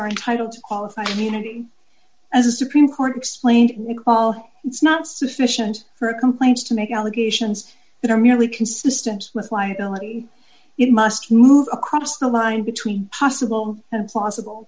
are entitled to qualify munity as a supreme court explained well it's not sufficient for a complaint to make allegations that are merely consistent with liability it must move across the line between possible and plausible